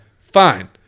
Fine